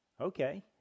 Okay